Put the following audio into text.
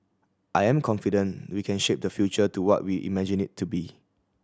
I am confident we can shape the future to what we imagine it to be